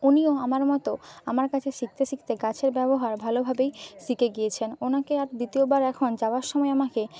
উনিও আমার মতো আমার কাছে শিখতে শিখতে গাছের ব্যবহার ভালোভাবেই শিখে গিয়েছেন ওনাকে আর দ্বিতীয়বার এখন যাওয়ার সময় আমাকে